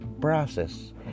process